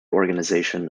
organization